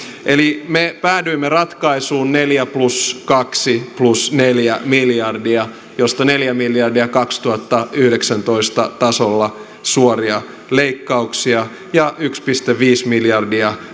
eli me päädyimme ratkaisuun neljä plus kaksi plus neljä miljardia joista neljä miljardia vuoden kaksituhattayhdeksäntoista tasolla suoria leikkauksia ja yksi pilkku viisi miljardia